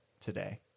today